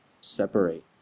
separate